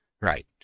Right